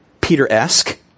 Peter-esque